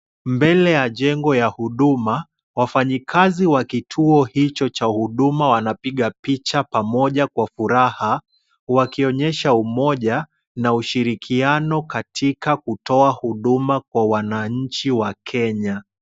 Mbele ya jengo ya Huduma, wafanyikazi wa kituo hicho cha Huduma wanapiga picha pamoja kwa furaha, wakionyesha umoja na ushirikiano katika kutoa huduma kwa wananchi wa Kenya.